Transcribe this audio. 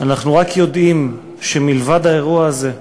אנחנו רק יודעים שמלבד האירוע הזה,